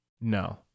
No